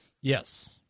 Yes